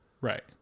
right